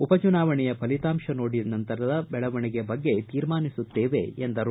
ಉಪಚುನಾವಣೆಯ ಫಲಿತಾಂಶವನ್ನು ನೋಡಿ ನಂತರದ ಬೆಳವಣಿಗೆ ಬಗ್ಗೆ ತೀರ್ಮಾನಿಸುತ್ತೇವೆ ಎಂದರು